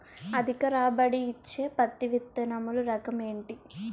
అధిక రాబడి ఇచ్చే పత్తి విత్తనములు రకం ఏంటి?